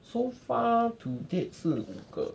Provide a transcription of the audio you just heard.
so far to date 是五个